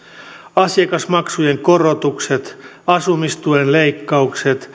asiakasmaksujen korotukset asumistuen leikkaukset